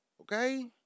Okay